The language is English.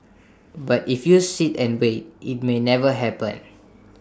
but if you sit and wait IT may never happen